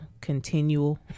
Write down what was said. continual